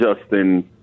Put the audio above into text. Justin